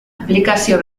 aplikazio